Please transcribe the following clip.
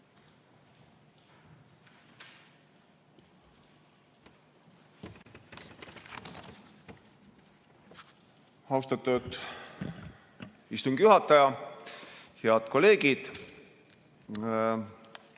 Austatud istungi juhataja! Head kolleegid!